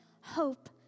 hope